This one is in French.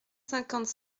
cinquante